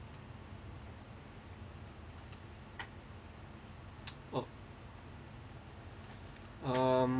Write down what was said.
oh um